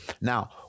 Now